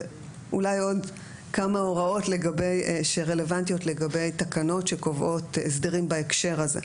ואולי עוד כמה הוראות שרלוונטיות לגבי תקנות שקובעות הסדרים בהקשר הזה.